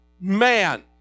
man